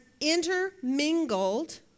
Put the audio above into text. intermingled